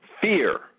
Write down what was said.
fear